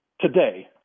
today